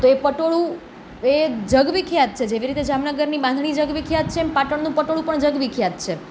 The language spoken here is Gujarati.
તો એ પટોળું એ જગવિખ્યાત છે જેવી રીતે જામનગરની બાંધણી જગવિખ્યાત છે એમ પાટણનું પટોળું પણ જગવિખ્યાત છે